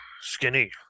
skinny